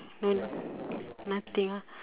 mm nothing